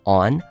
on